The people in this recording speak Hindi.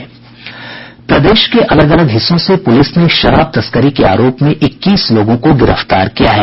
प्रदेश के अलग अलग हिस्सों से पुलिस ने शराब तस्करी के आरोप में इक्कीस लोगों को गिरफ्तार किया है